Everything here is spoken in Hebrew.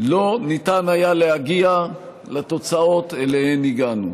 לא ניתן היה להגיע לתוצאות שאליהן הגענו.